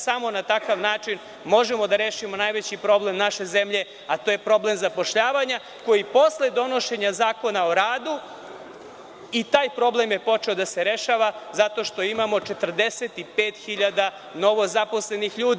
Samo na takav način možemo da rešimo najveći problem naše zemlje, a to je problem zapošljavanja, koji posle donošenja Zakona o radu, i taj problem je počeo da se rešava, zato što imamo 45 hiljada novozaposlenih ljudi.